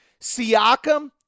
Siakam